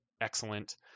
excellent